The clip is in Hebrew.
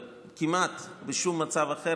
כמעט בשום מצב אחר,